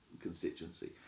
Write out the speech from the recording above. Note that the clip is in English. constituency